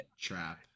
Trap